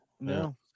no